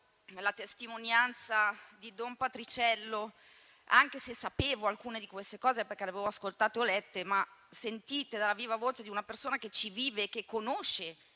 la testimonianza di don Patriciello, anche se sapevo alcune di queste cose, perché le avevo ascoltate o lette; tuttavia, sentirle dalla viva voce di una persona che ci vive e che conosce